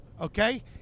okay